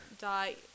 die